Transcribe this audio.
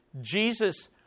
Jesus